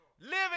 living